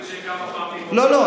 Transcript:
מסתובבת שיהיה כמה פעמים, לא, לא.